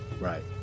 right